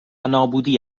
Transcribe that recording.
نابودی